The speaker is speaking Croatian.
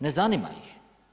Ne zanima ih.